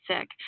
sick